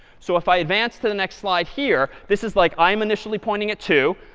so if i advance to the next slide here, this is like i'm initially pointing at two.